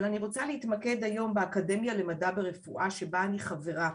אבל אני רוצה להתמקד היום באקדמיה למדע ורפואה שבה אני חברה.